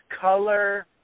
color